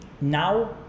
now